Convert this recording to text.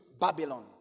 Babylon